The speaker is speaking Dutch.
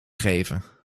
geven